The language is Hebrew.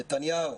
נתניהו?